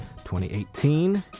2018